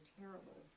terrible